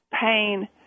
pain